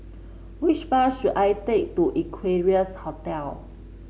which bus should I take to Equarius Hotel